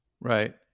right